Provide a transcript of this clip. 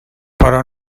però